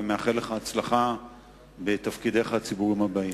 ומאחל לך הצלחה בתפקידיך הציבוריים הבאים.